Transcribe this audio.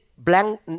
Blank